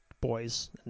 boys